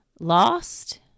Lost